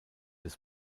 des